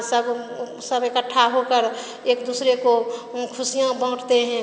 सब सब इकट्ठा होकर एक दूसरे को खुशियाँ बाँटते हैं